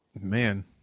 Man